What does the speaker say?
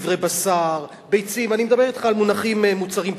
דברי בשר, ביצים, אני מדבר אתך על מוצרים בסיסיים.